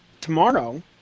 tomorrow